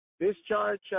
discharge